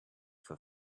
for